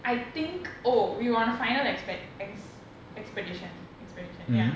I think oh we were on a final exped~ expedition expedition ya